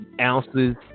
Ounces